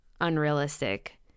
unrealistic